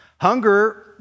Hunger